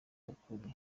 ukuri